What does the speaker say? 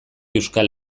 euskal